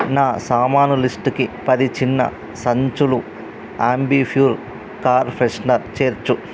నా సామాను లిస్టుకి పది చిన్న సంచులు ఆంబిప్యూర్ కార్ ఫ్రెషనర్ చేర్చు